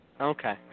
Okay